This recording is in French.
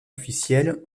officielles